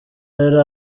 yari